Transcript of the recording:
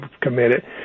committed